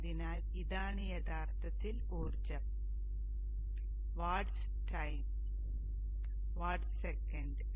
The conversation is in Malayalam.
അതിനാൽ ഇതാണ് യഥാർത്ഥത്തിൽ ഊർജ്ജം വാട്ട്സ്ടൈം വാട്ട്സ് സെക്കൻഡ്സ്